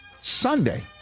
Sunday